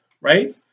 right